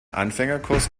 anfängerkurs